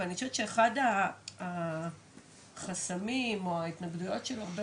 אבל אני חושבת שאחד החסמים או ההתנגדויות של הרבה